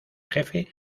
jefe